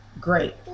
great